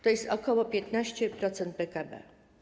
To jest ok. 15% PKB.